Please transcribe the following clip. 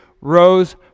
rose